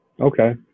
Okay